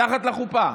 מתחת לחופה.